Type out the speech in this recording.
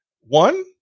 one